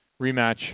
rematch